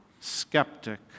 skeptic